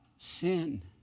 sin